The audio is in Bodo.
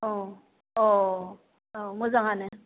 औ अ औ मोजाङानो